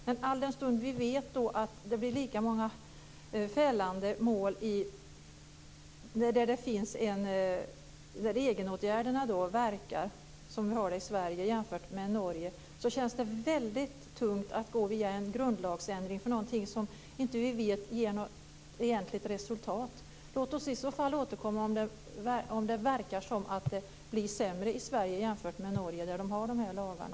Men alldenstund vi vet att det blir lika många fällande domar där egenåtgärderna verkar - som i Sverige jämfört med Norge - känns det väldigt tungt att gå via en grundlagsändring. Vi vet ju inte om det ger något egentligt resultat. Låt oss i så fall återkomma om det verkar som att det blir sämre i Sverige jämfört med Norge, där man har de här lagarna.